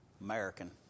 American